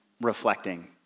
reflecting